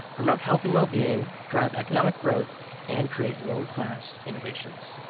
promote health and well-being, drive economic growth and create world-class innovations.